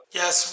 yes